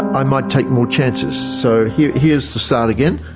i might take more chances. so here's the start again.